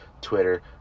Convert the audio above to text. Twitter